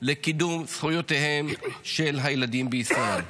לקידום זכויותיהם של הילדים בישראל.